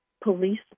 police